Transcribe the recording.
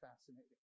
fascinating